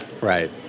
right